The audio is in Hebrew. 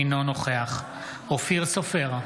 אינו נוכח אופיר סופר,